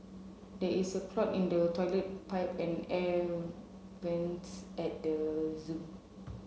there is a clog in the toilet pipe and air vents at the zoo